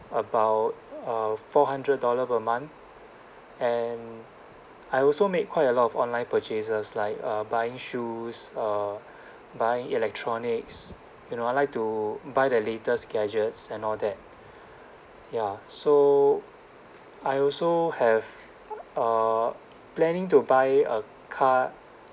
about uh four hundred dollar per month and I also made quite a lot of online purchases like uh buying shoes uh buying electronics you know I like to buy the latest gadgets and all that ya so I also have uh planning to buy a car